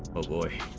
away